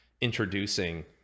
introducing